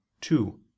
Two